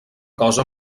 cosa